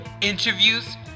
interviews